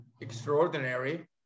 extraordinary